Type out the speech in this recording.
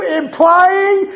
implying